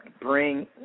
bring